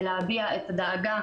ולהביע את הדאגה